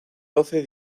doce